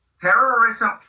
terrorism